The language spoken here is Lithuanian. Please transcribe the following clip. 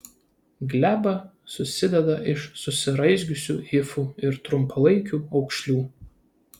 gleba susideda iš susiraizgiusių hifų ir trumpalaikių aukšlių